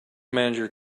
manager